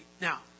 Now